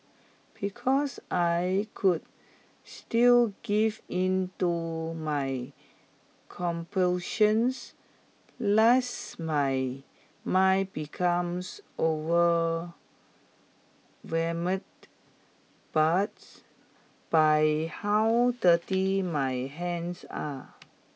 because I could still give in to my compulsions last my mind becomes overwhelmed but by how dirty my hands are